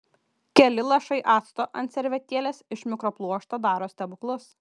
keli lašai acto ant servetėlės iš mikropluošto daro stebuklus